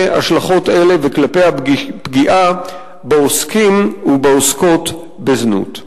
השלכות אלה וכלפי הפגיעה בעוסקים ובעוסקות בזנות.